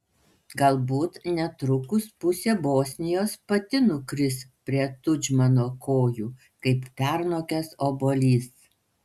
galbūt netrukus pusė bosnijos pati nukris prie tudžmano kojų kaip pernokęs obuolys